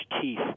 teeth